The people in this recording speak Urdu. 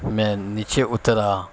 میں نیچے اترا